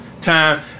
time